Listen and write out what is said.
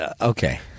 Okay